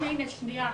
את מבינה מה שאני אומר?